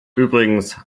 übrigens